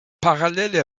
paralele